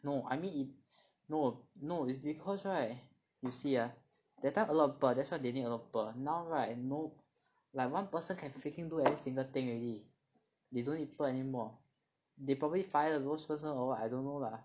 no I mean if no no is because right you see ah that time a lot of people that's why they need a lot of people now right no like one person can freaking do every single thing already they don't need people anymore they probably fire the lowest first lor or what I don't know lah